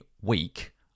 week